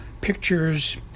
pictures